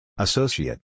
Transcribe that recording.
Associate